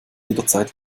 jederzeit